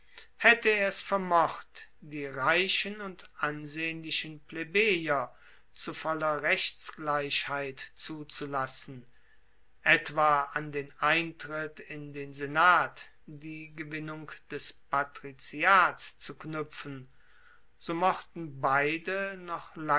haette er es vermocht die reichen und ansehnlichen plebejer zu voller rechtsgleichheit zuzulassen etwa an den eintritt in den senat die gewinnung des patriziats zu knuepfen so mochten beide noch